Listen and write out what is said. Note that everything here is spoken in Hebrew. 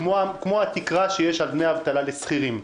כמו התקרה שיש על דמי אבטלה לשכירים.